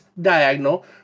Diagonal